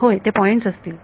होय ते पॉइंट असतील